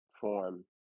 form